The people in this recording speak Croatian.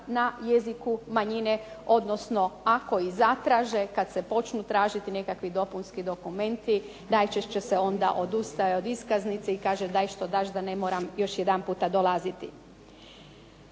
na jeziku manjine, odnosno ako i zatraže kada se počnu tražiti nekakvi dopunski dokumenti, najčešće se onda odustaje od iskaznice i kaže daj što daš da ne moram još jedanput dolaziti.